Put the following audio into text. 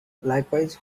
likewise